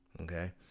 okay